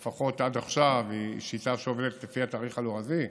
שלפחות עד עכשיו היא שיטה שעובדת לפי התאריך הלועזי,